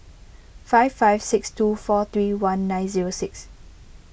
five five six two four three one nine six